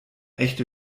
echte